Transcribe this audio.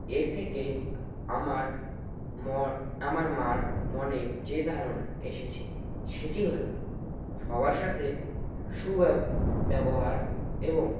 এর থেকে আমার ম আমার মার মনে যে ধারণা এসেছে সেটি হলো সবার সাথে সুব্যব ব্যবহার এবং